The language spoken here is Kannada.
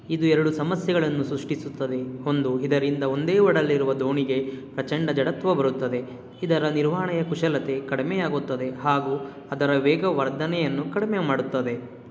ಇದು ಎರಡು ಸಮಸ್ಯೆಗಳನ್ನು ಸೃಷ್ಟಿಸುತ್ತದೆ ಒಂದು ಇದರಿಂದ ಒಂದೇ ಒಡಲಿರುವ ದೋಣಿಗೆ ಪ್ರಚಂಡ ಜಡತ್ವ ಬರುತ್ತದೆ ಇದರ ನಿರ್ವಹಣೆಯ ಕುಶಲತೆ ಕಡಿಮೆಯಾಗುತ್ತದೆ ಹಾಗೂ ಅದರ ವೇಗ ವರ್ಧನೆಯನ್ನು ಕಡಿಮೆ ಮಾಡುತ್ತದೆ